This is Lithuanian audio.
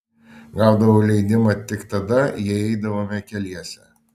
gaudavau leidimą tik tada jei eidavome keliese